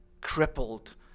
crippled